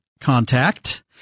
contact